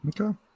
Okay